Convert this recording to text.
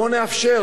בואו נאפשר,